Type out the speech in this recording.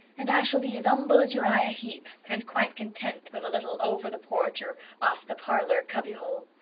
and i shall be as umble as uriah heep, and quite content with a little over-the-porch or off-the-parlor cubby hole.